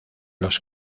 los